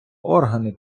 органи